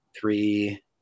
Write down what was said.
three